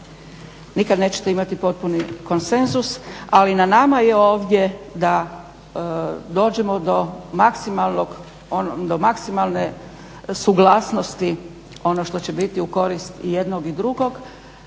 nikad nećete imati potpuni konsenzus, ali na nama je ovdje da dođemo do maksimalne suglasnosti, ono što će biti u korist i jednog i drugog.